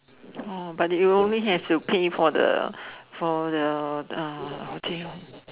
but you only have to pay for the for the watching